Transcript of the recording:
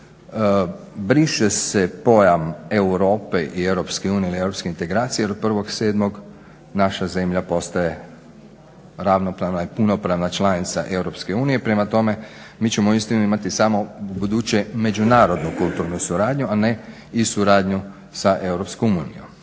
Briše se pojam Europe i EU ili europskih integracija jer od 1.07. naša zemlja postaje ravnopravna i punopravna članica EU. Prema tome, mi ćemo uistinu imati samo ubuduće međunarodnu kulturnu suradnju, a ne i suradnju sa EU. Dakle, nema